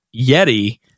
Yeti